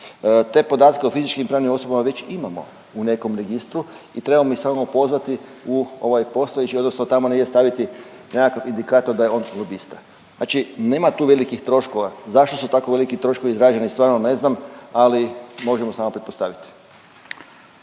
Te podatke o fizičkim i pravnim osobama već imamo u nekom registru i trebamo ih samo pozvati u ovaj postojeći odnosno tamo negdje staviti nekakav indikator da je on lobista, znači nema tu velikih troškova. Zašto su tako veliki troškovi izraženi stvarno ne znam, ali možemo samo pretpostaviti.